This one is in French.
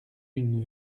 une